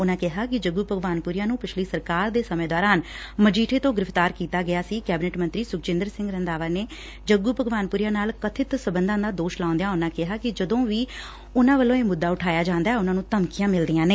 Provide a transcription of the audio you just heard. ਉਨਾਂ ਕਿਹਾ ਕਿ ਜੱਗੁ ਭਗਵਾਨ ਪੁਰੀਆ ਨੂੰ ਪਿਛਲੀ ਸਰਕਾਰ ਦੇ ਸਮੇਂ ਦੌਰਾਨ ਮਜੀਠੇ ਤੋਂ ਗ੍ਰਿਫ਼ਤਾਰ ਕੀਤਾ ਗਿਆ ਸੀ ਕੈਬਨਿਟ ਮੰਤਰੀ ਸੁਖਜਿਦਰ ਸਿੰਘ ਰੰਧਾਵਾ ਦੇ ਜੱਗੂ ਭਗਵਾਨ ਪੁਰੀਆ ਨਾਲ ਕਬਿਤ ਸਬੰਧਾ ਦਾ ਦੋਸ਼ ਲਾਉਂਦਿਆਂ ਉਨਾਂ ਕਿਹਾ ਕਿ ਜਦੋਂ ਵੀ ਉਨਾਂ ਵੱਲੋਂ ਇਹ ਮੁੱਦਾ ਉਠਾਇਆ ਜਾਂਦੈ ਉਨਾਂ ਨੂੰ ਧਮਕੀਆਂ ਮਿਲਦੀਆ ਨੇ